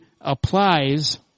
applies